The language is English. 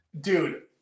Dude